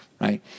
right